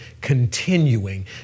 continuing